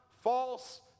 false